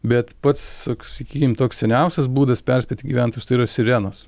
bet pats toks sakykim toks seniausias būdas perspėti gyventojus tai yra sirenos